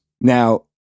Now